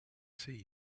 see